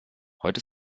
heute